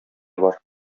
бар